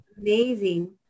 amazing